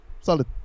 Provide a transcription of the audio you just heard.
Solid